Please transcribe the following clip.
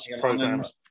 programs